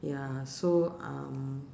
ya so um